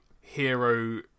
hero